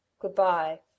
goodbye